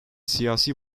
siyasi